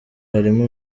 harimo